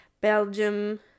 Belgium